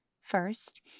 First